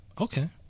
Okay